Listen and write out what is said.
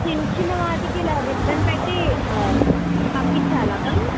చించిన వాటికి ఇలా రిబ్బన్ పెట్టి పంపించాలాండి